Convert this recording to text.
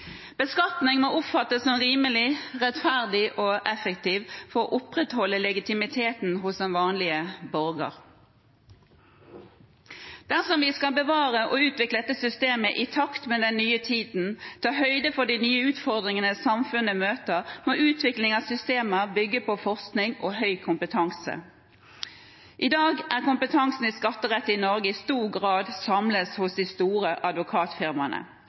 Beskatningen må oppfattes som rimelig, rettferdig og effektiv for å opprettholde legitimiteten hos den vanlige borger. Dersom vi skal bevare og utvikle dette systemet i takt med den nye tiden og ta høyde for de nye utfordringene samfunnet møter, må utviklingen av systemet bygge på forskning og høy kompetanse. I dag er kompetansen innen skatterett i Norge i stor grad samlet hos de store advokatfirmaene.